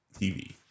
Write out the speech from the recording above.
TV